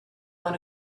want